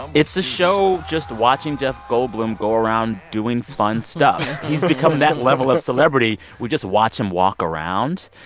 it's a show just watching jeff goldblum go around doing fun stuff he's become that level of celebrity. we just watch him walk around.